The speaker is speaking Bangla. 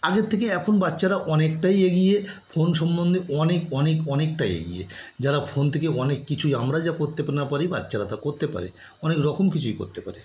আগের থেকে এখন বাচ্চারা অনেকটাই এগিয়ে ফোন সম্বন্ধে অনেক অনেক অনেকটাই এগিয়ে যারা ফোন থেকে অনেক কিছুই আমরা যা করতে না পারি বাচ্চারা তা করতে পারে অনেক রকম কিছুই করতে পারে